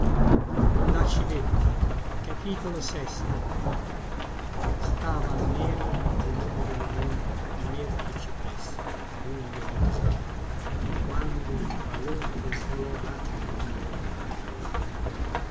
in paradiso stavano neri al lume della luna gli erti cipressi guglie di basalto quando tra lombre svolò rapida una ombra dallalto